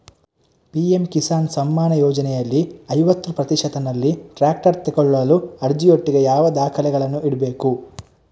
PM Kisan Samman ಯೋಜನೆಯಲ್ಲಿ ಐವತ್ತು ಪ್ರತಿಶತನಲ್ಲಿ ಟ್ರ್ಯಾಕ್ಟರ್ ತೆಕೊಳ್ಳಲು ಅರ್ಜಿಯೊಟ್ಟಿಗೆ ಯಾವ ದಾಖಲೆಗಳನ್ನು ಇಡ್ಬೇಕು?